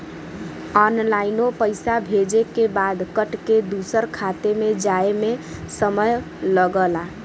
ऑनलाइनो पइसा भेजे के बाद कट के दूसर खाते मे जाए मे समय लगला